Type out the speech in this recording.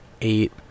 eight